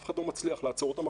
אף אחד לא מצליח לעצור אותם.